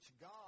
God